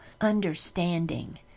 understanding